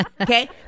Okay